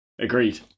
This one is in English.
Agreed